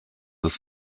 des